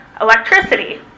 electricity